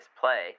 play